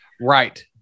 Right